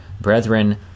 brethren